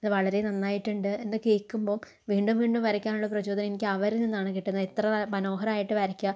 അത് വളരെ നന്നായിട്ടുണ്ട് എന്ന് കേൾക്കുമ്പം വീണ്ടും വീണ്ടും വരക്കാനുള്ള പ്രചോദനം എനിക്ക് അവരിൽ നിന്നാണ് കിട്ടുന്നത് എത്ര മനോഹരമായിട്ട് വരക്കുകയാ